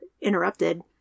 Interrupted